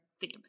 theme